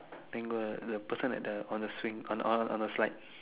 think the the person at the on the swing on the on the slide